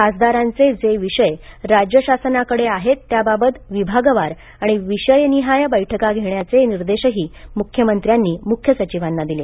खासदारांचे जे विषय राज्य शासनाकडे आहेत त्याबाबत विभागवार आणि विषयनिहाय बैठका घेण्याचे निर्देशही मुख्यमंत्र्यांनी मुख्य सचिवांना दिले